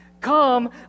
come